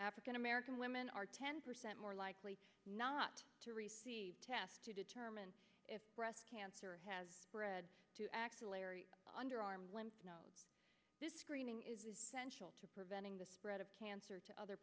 african american women are ten percent more likely not to receive tests to determine if breast cancer has spread to axillary underarm limbs this screening is essential to preventing the spread of cancer to other